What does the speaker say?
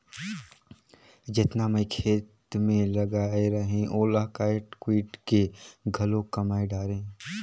जेतना मैं खेत मे लगाए रहें ओला कायट कुइट के घलो कमाय डारें